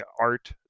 art